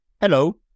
Hello